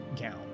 gown